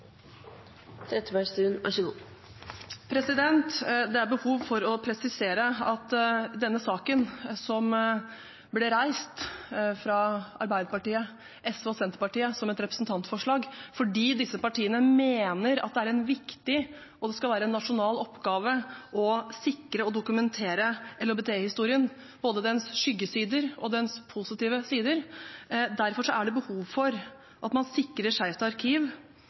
Det er behov for å presisere at denne saken ble reist av Arbeiderpartiet, SV og Senterpartiet som et representantforslag fordi disse partiene mener at det er en viktig og nasjonal oppgave å sikre og dokumentere LHBT-historien, både dens skyggesider og dens positive sider, og derfor er det behov for at man sikrer Skeivt arkiv